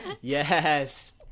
Yes